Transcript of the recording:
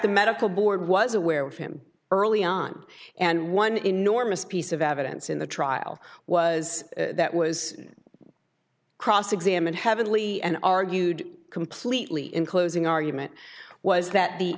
the medical board was aware of him early on and one enormous piece of evidence in the trial was was that cross examined heavenly and argued completely in closing argument was that the